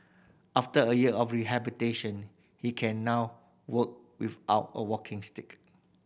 after a year of rehabilitation he can now walk without a walking stick